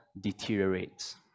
deteriorates